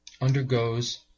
undergoes